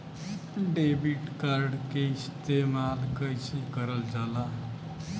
Debit card के इस्तेमाल कइसे करल जाला?